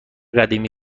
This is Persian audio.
قدیمی